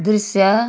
दृश्य